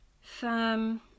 firm